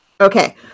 okay